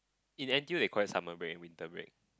in N_T_U they call it summer break and winter break